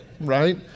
right